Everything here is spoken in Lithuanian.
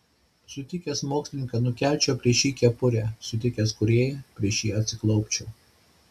sutikęs mokslininką nukelčiau prieš jį kepurę sutikęs kūrėją prieš jį atsiklaupčiau